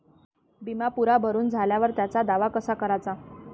बिमा पुरा भरून झाल्यावर त्याचा दावा कसा कराचा?